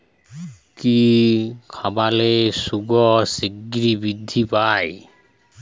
কি খাবালে শুকর শিঘ্রই বৃদ্ধি পায়?